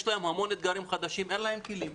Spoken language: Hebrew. יש להם המון אתגרים חדשים ואין להם כלים.